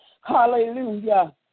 Hallelujah